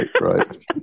Right